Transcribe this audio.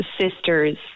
sister's